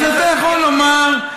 אז אתה יכול לומר,